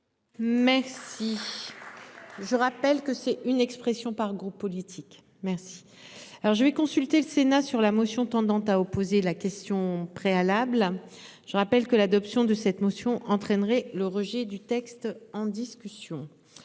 si. Je rappelle que c'est une expression par groupe politique. Merci. Alors je vais consulter le Sénat sur la motion tendant à opposer la question préalable. Je rappelle que l'adoption de cette motion entraînerait le rejet du texte, en discussion